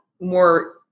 more